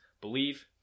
Believe